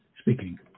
speaking